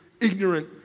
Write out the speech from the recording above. ignorant